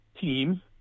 team